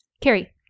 Carrie